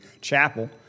chapel